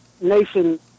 nation